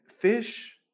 fish